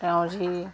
তেওঁৰ যি